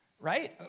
Right